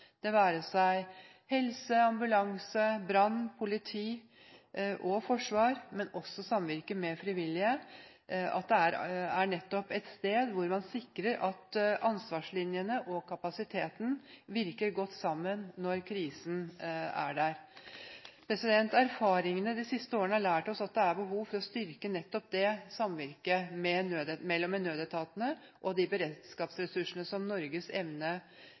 det være seg helse, ambulanse, brann, politi og forsvar samt samvirke med frivillige – og det er nettopp et sted hvor man kan sikre at ansvarslinjene og kapasiteten virker godt sammen når krisen er der. Erfaringene de siste årene har lært oss at det er behov for å styrke samvirket mellom nødetatene og de beredskapsressursene som